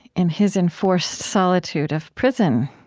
in his enforced solitude of prison,